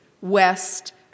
west